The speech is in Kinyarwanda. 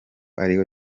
ariwe